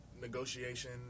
negotiation